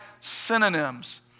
synonyms